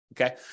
Okay